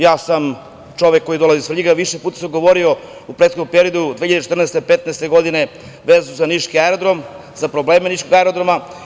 Ja sam čovek koji dolazi iz Svrljiga, više puta sam govorio u prethodnom periodu, 2014, 2015. godine vezano za niški aerodrom, za probleme niškog aerodroma.